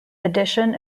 addition